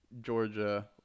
Georgia